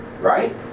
Right